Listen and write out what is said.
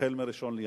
החל מה-1 בינואר.